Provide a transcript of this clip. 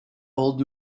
old